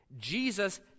jesus